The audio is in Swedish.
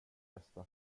bästa